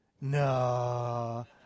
No